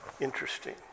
Interesting